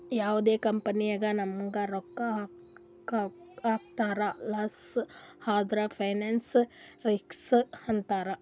ಯಾವ್ದೇ ಕಂಪನಿ ನಾಗ್ ರೊಕ್ಕಾ ಹಾಕುರ್ ಲಾಸ್ ಆದುರ್ ಫೈನಾನ್ಸ್ ರಿಸ್ಕ್ ಅಂತಾರ್